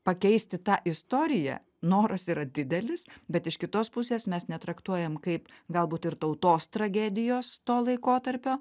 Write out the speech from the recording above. pakeisti tą istoriją noras yra didelis bet iš kitos pusės mes netraktuojam kaip galbūt ir tautos tragedijos to laikotarpio